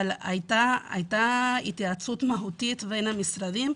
אבל הייתה התייעצות מהותית בין המשרדים,